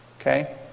Okay